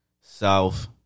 South